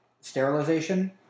sterilization